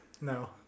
No